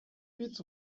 huit